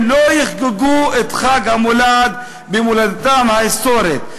לא יחגגו את חג המולד במולדתם ההיסטורית.